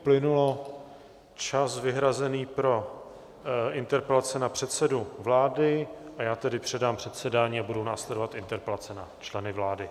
Uplynul čas vyhrazený pro interpelace na předsedu vlády, a já tedy předám předsedání a budou následovat interpelace na členy vlády.